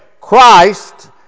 Christ